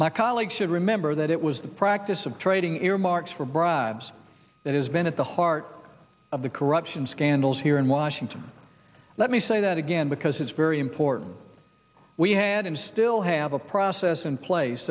my colleague should remember that it was the practice of trading earmarks for bribes that has been at the heart of the corruption scandals here in washington let me say that again because it's very important we had and still have a process in place